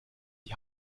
die